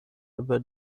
über